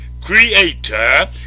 creator